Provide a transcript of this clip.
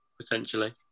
potentially